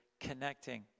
connecting